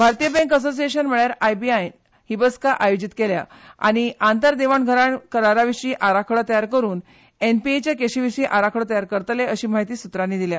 भारतीय bank association म्हणल्यार IBN ही बसका आयोजीत केल्या आनी आंतर देवाण घेवाण करारा विशीं आराखडो तयार करून एनपीए च्या केशी विशीं आराखडो तयार करतले अशी माहिती सुत्रांनी दिली